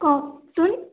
কওকচোন